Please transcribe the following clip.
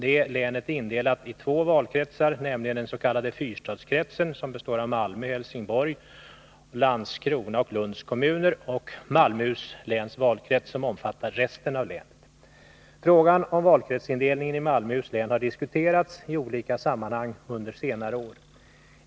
Det länet är indelat i två valkretsar, nämligen den s.k. fyrstadskretsen, som består av Malmö, Helsingborgs, Landskronas och Lunds kommuner, och Malmöhus läns valkrets, som omfattar resten av länet. Frågan om valkretsindelningen i Malmöhus län har diskuterats i olika sammanhang under senare år.